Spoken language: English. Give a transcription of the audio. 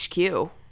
HQ